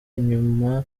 inyuma